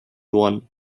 one